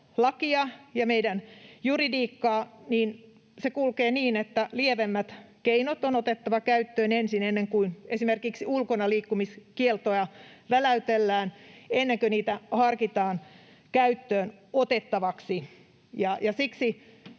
ja meidän juridiikkaa, niin se kulkee niin, että lievemmät keinot on otettava käyttöön ensin, ennen kuin esimerkiksi ulkonaliikkumiskieltoja väläytellään, ennen kuin niitä harkitaan käyttöön otettavaksi. Siksi